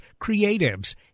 creatives